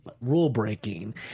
rule-breaking